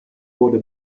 wurde